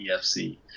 EFC